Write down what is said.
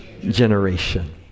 generation